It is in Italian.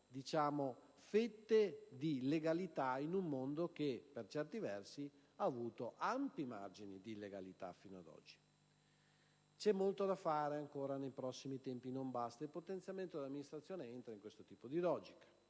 fette di legalità in un mondo che per certi versi ha avuto ampi margini di illegalità fino ad oggi. Vi è molto da fare ancora nei prossimi tempi ed il potenziamento dell'amministrazione entra in questo tipo di logica,